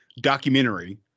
documentary